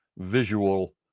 visual